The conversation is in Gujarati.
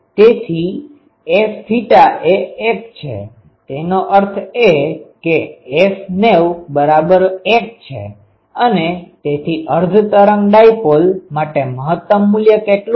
તેથી Fθ એ 1 છે તેનો અર્થ એ કે F1 છે અને તેથી અર્ધ તરંગ ડાયપોલ માટે મહત્તમ મૂલ્ય કેટલું છે